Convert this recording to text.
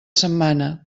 setmana